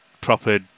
proper